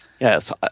Yes